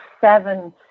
seven